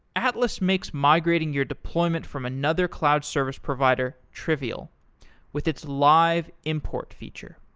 atlas makes migrating your deployment from another cloud service provider trivial with its live import feature